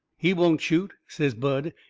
he won't shoot, says bud,